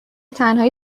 تنهایی